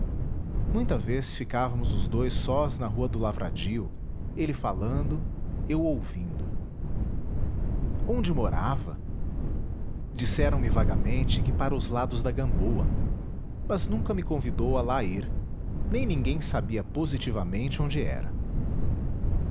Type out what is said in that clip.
muita vez ficávamos os dous sós na rua do lavradio ele falando eu ouvindo onde morava disseram-me vagamente que para os lados da gamboa mas nunca me convidou a lá ir nem ninguém sabia positivamente onde era